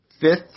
fifth